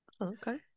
okay